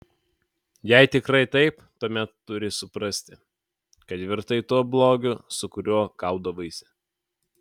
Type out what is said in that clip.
jei tikrai taip tuomet turi suprasti kad virtai tuo blogiu su kuriuo kaudavaisi